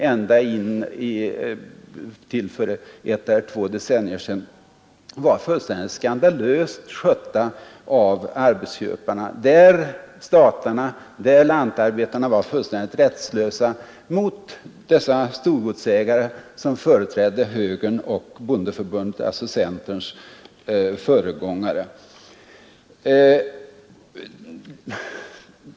Ända till för ett par decennier sedan var dessa frågor fullständigt skandalöst skötta av arbetsköparna. Statarna och lantarbetarna var helt rättslösa mot de storgodsägare som företrädde högern och bondeförbundet — alltså centerns föregångare.